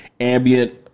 ambient